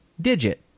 digit